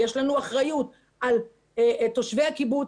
יש לנו אחריות על תושבי הקיבוץ.